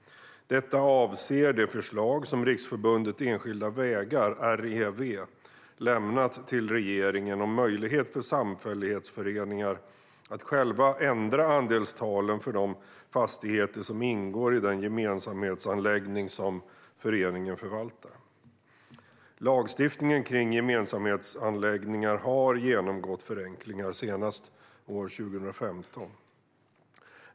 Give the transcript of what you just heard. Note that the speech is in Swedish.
Detta avser det förslag som Riksförbundet Enskilda Vägar har lämnat till regeringen om möjlighet för samfällighetsföreningar att själva ändra andelstalen för de fastigheter som ingår i den gemensamhetsanläggning som föreningen förvaltar. Lagstiftningen kring gemensamhetsanläggningar har genomgått förenklingar, senast år 2015.